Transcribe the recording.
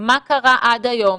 מה קרה עד היום